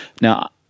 now